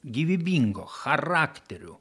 gyvybingo charakteriu